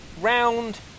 round